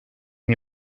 nii